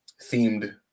themed